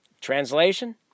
Translation